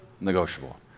negotiable